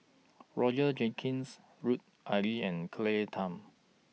Roger Jenkins Lut Ali and Claire Tham